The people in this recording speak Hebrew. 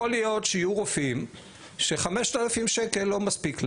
יכול להיות שיהיו רופאים ש-5,000 שקל לא מספיק להם,